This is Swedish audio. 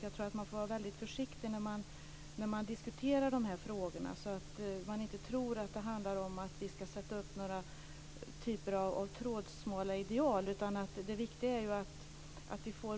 Man får nog vara väldigt försiktig när de här frågorna diskuteras. Man ska ju inte tro att det handlar om att sätta upp typer av trådsmala ideal. Det viktiga är i stället att vi ökar